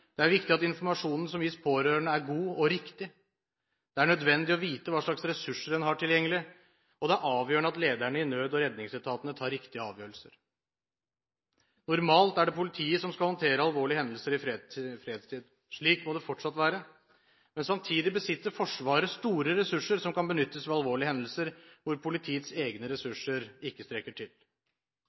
Det er viktig at informasjonen som gis pårørende, er god og riktig. Det er nødvendig å vite hva slags ressurser en har tilgjengelig, og det er avgjørende at lederne i nød- og redningsetatene tar riktige avgjørelser. Normalt er det politiet som skal håndtere alvorlige hendelser i fredstid. Slik må det fortsatt være. Samtidig besitter Forsvaret store ressurser som kan benyttes ved alvorlige hendelser hvor politiets egne ressurser ikke strekker til.